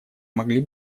могли